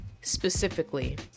specifically